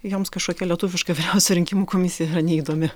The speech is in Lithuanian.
joms kažkokia lietuviška vyriausia rinkimų komisija yra neįdomi